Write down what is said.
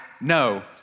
No